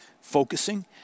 focusing